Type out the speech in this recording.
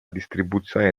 distribuzione